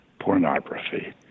Pornography